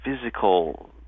physical